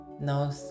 Now